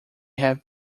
have